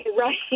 right